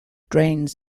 drains